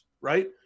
right